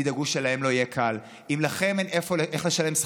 תדאגו שלהם לא יהיה קל,